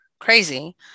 crazy